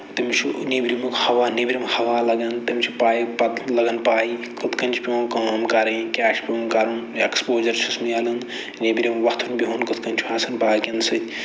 تٔمِس چھُ نٮ۪برِمُک ہَوا نٮ۪برِم ہَوا لَگان تہٕ تٔمِس چھُ پَے پتہٕ لَگان پَے کِتھ کٔنۍ چھِ پٮ۪وان کٲم کرٕنۍ کیاہ چھُ پٮ۪وان کَرُن اٮ۪کٕسپوجَر چھُس مِلان نٮ۪برِم وۄتھُن بِہُن کِتھ کٔنۍ چھُ آسان باقٮ۪ن سۭتۍ